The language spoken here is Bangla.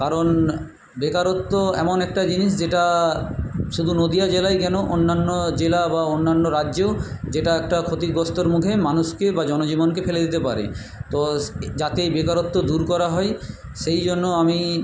কারণ বেকারত্ব এমন একটা জিনিস যেটা শুধু নদীয়া জেলায় কেন অন্যান্য জেলা বা অন্যান্য রাজ্যেও যেটা একটা ক্ষতিগ্রস্থর মধ্যে মানুষকে বা জনজীবনকে ফেলে দিতে পারে তো যাতে এই বেকারত্ব দূর করা হয় সেই জন্য আমি